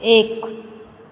एक